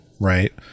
right